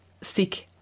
sick